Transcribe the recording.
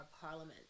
parliament